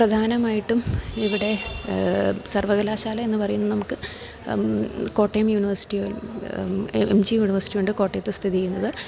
പ്രധാനമായിട്ടും ഇവിടെ സർവകലാശാല എന്നു പറയുന്ന നമുക്ക് കോട്ടയം യൂണിവേഴ്സിറ്റികൾ എം ജി യൂണിവേഴ്സിറ്റി ഉണ്ട് കോട്ടയത്ത് സ്ഥിതി ചെയ്യുന്നത്